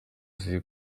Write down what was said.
sibyo